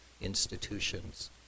institutions